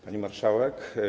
Pani Marszałek!